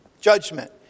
judgment